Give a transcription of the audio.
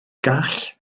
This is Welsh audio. gall